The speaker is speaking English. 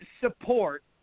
support